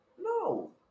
no